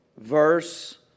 verse